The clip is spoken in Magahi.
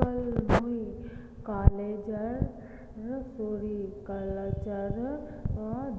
कल मुई कॉलेजेर सेरीकल्चर